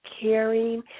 caring